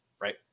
right